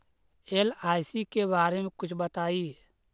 LIC के बारे मे कुछ बताई?